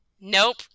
Nope